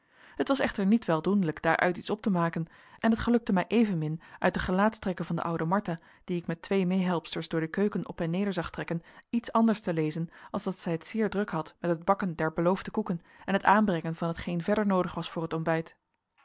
het was echter niet wel doenlijk daaruit iets op te maken en het gelukte mij evenmin uit de gelaatstrekken van de oude martha die ik met twee meehelpsters door de keuken op en neder zag trekken iets anders te lezen als dat zij het zeer druk had met het bakken der beloofde koeken en het aanbrengen van hetgeen verder noodig was voor het ontbijt